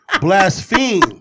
Blaspheme